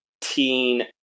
teen